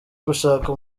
gushaka